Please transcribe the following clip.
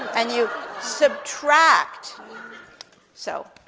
and you subtract so.